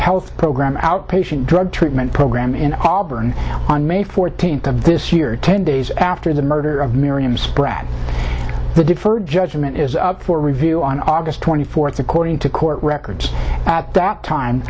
health program outpatient drug treatment program in auburn on may fourteenth of this year ten days after the murder of miriam spratt the deferred judgment is up for review on august twenty fourth according to court records at that time